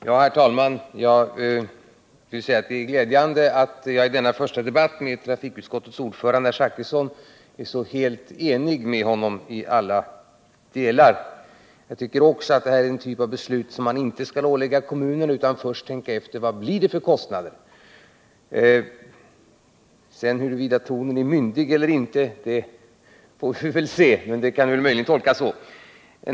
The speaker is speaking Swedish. Herr talman! Det är glädjande att jag i denna första debatt med trafikutskottets ordförande herr Zachrisson är så helt enig med honom i alla delar. Jag tycker också att det här beslutet rör något som man inte skall ålägga kommunerna utan att först tänka efter vad det blir för kostnader. Huruvida tonen är myndig eller inte får vi väl konstatera så småningom, men det kan möjligen tolkas så.